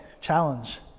challenge